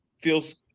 feels